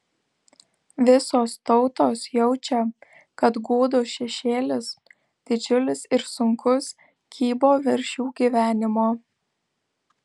visos tautos jaučia kad gūdus šešėlis didžiulis ir sunkus kybo virš jų gyvenimo